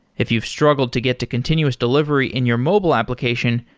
if you've struggled to get to continuous delivery in your mobile application,